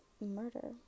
murder